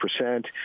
percent